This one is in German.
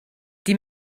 die